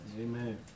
Amen